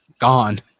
gone